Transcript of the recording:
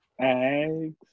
eggs